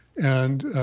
and,